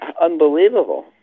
unbelievable